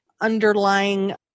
underlying